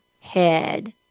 head